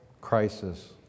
crisis